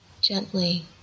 gently